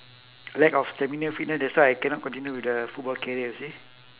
lack of stamina fitness that's why I cannot continue with the football career you see